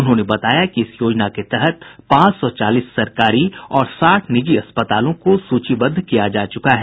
उन्होंने बताया कि इस योजना के तहत पांच सौ चालीस सरकारी और साठ निजी अस्पतालों को सूचीबद्ध किया जा चुका है